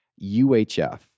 UHF